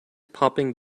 popping